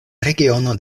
regiono